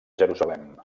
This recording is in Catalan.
jerusalem